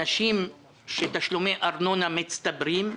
אנשים שתשלומי ארנונה מצטברים.